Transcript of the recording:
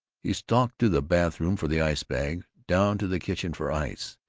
he stalked to the bathroom for the ice-bag, down to the kitchen for ice.